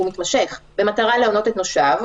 הוא מתמשך "במטרה להונות את נושיו",